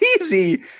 easy